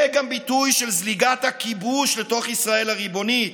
זה גם ביטוי של זליגת הכיבוש לתוך ישראל הריבונית,